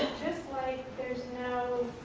just like there's no,